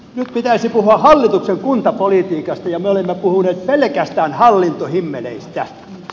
nyt pitäisi puhua hallituksen kuntapolitiikasta ja me olemme puhuneet pelkästään hallintohimmeleistä